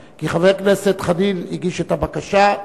כי חבר הכנסת חנין הגיש את הבקשה,